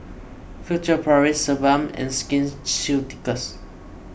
Furtere Paris Sebamed and Skin Ceuticals